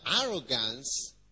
arrogance